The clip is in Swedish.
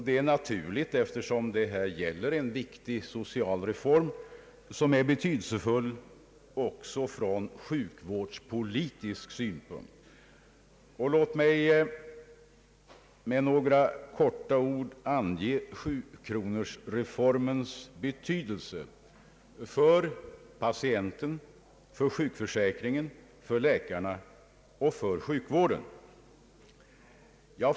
Det är naturligt, eftersom det här gäller en viktig social reform, som är betydelsefull också från sjukvårdspolitisk synpunkt. Låt mig i korthet ange 7-kronorsreformens betydelse för patienten, för sjukförsäkringen, för läkarna och för sjukvården.